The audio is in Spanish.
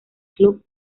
club